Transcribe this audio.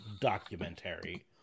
documentary